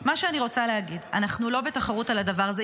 מה שאני רוצה להגיד, אנחנו לא בתחרות על הדבר הזה.